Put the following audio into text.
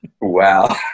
Wow